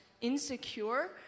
insecure